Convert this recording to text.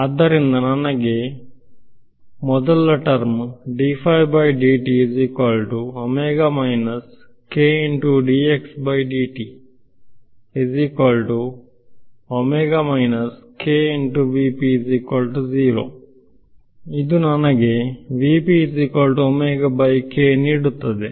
ಆದ್ದರಿಂದ ಅದು ನನಗೆ ಮೊದಲ ಟರ್ಮ ನೀಡುತ್ತದೆ 0 ಕ್ಕೆ ಸಮ ಅದು ನನಗೆ ನೀಡುತ್ತದೆ